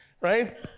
right